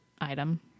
item